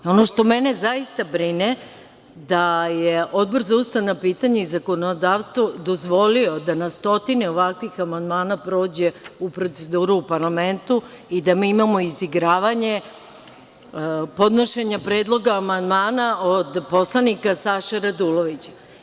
Ono što mene zaista brine, da je Odbor za ustavna pitanja i zakonodavstvo dozvolio da na stotine ovakvih amandmana prođe u proceduru u parlamentu i da mi imamo izigravanje podnošenja predloga amandmana od poslanika Saše Radulovića.